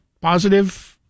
positive